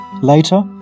Later